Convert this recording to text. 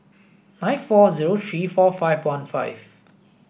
nine four zero three four five one five